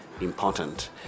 important